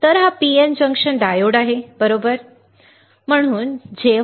तर हा PN junction diode आहे बरोबर आम्ही बरोबर पाहिले आहे